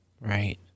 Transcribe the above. right